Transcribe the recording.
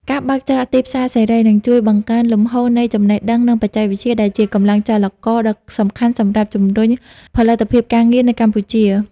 ការបើកច្រកទីផ្សារសេរី នឹងជួយបង្កើនលំហូរនៃចំណេះដឹង និងបច្ចេកវិទ្យាដែលជាកម្លាំងចលករដ៏សំខាន់សម្រាប់ជម្រុញផលិតភាពការងារនៅកម្ពុជា។